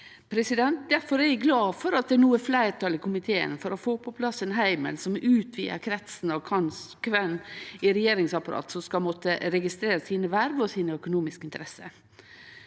Difor er eg glad for at det no er fleirtal i komiteen for å få på plass ein heimel som vil utvida kretsen av kven i regjeringsapparatet som skal måtte registrere sine verv og økonomiske interesser.